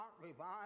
revive